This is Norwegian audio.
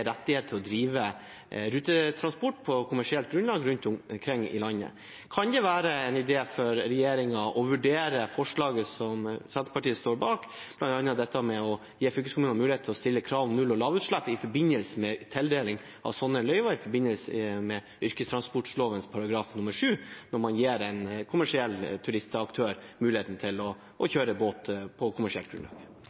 rettighet til å drive rutetransport på kommersielt grunnlag rundt omkring i landet. Kan det være en idé for regjeringen å vurdere forslaget som Senterpartiet står bak, bl.a. om å gi fylkeskommunene mulighet til å stille krav om null- og lavutslipp i forbindelse med tildeling av løyve etter yrkestransportloven § 7, når man gir kommersiell turistaktør muligheten til å